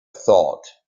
thought